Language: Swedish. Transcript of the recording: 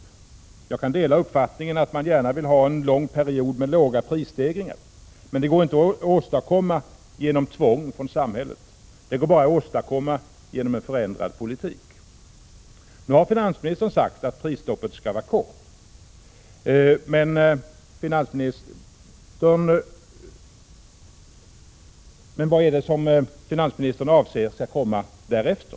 Jag kan dela uppfattningen att man gärna vill ha en lång period med låga prisstegringar. Men det går inte att åstadkomma genom ett tvång från samhället. Det går bara att åstadkomma genom en förändrad politik. Nu har finansministern sagt att prisstoppet skall vara kortvarigt. Men vad är det som finansministern anser skall komma därefter?